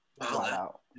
wow